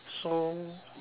so